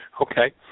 Okay